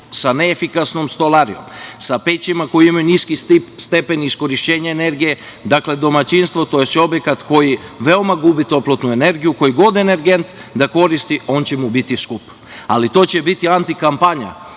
sa neefikasnom stolarijom, sa pećima koje imaju niski stepen iskorišćenje energije, dakle, domaćinstvo tj. objekat koji veoma gubi toplotnu energiju koji god energent da koristi on će mu biti skup. Ali, to će biti antikampanja